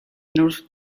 north